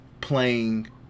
playing